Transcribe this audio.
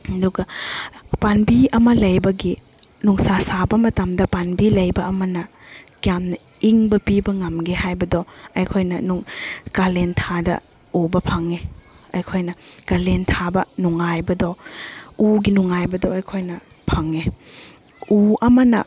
ꯑꯗꯨꯒ ꯄꯥꯟꯕꯤ ꯑꯃ ꯂꯩꯕꯒꯤ ꯅꯨꯡꯁꯥ ꯁꯥꯕ ꯃꯇꯝꯗ ꯄꯥꯟꯕꯤ ꯂꯩꯕ ꯑꯃꯅ ꯀꯌꯥꯝꯅ ꯏꯪꯕ ꯄꯤꯕ ꯉꯝꯒꯦ ꯍꯥꯏꯕꯗꯣ ꯑꯩꯈꯣꯏꯅ ꯀꯥꯂꯦꯟ ꯊꯥꯗ ꯎꯕ ꯐꯪꯉꯦ ꯑꯩꯈꯣꯏꯅ ꯀꯥꯂꯦꯟ ꯊꯥꯗ ꯅꯨꯡꯉꯥꯏꯕꯗꯣ ꯎꯒꯤ ꯅꯨꯡꯉꯥꯏꯕꯗꯣ ꯑꯩꯈꯣꯏꯅ ꯐꯪꯉꯦ ꯎ ꯑꯃꯅ